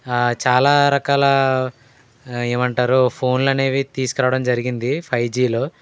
చాలా రకాల ఏమంటారు ఫోన్లు అనేవి తీసుకురావడం జరిగింది ఫైవ్ జీలో